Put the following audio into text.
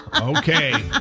Okay